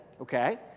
okay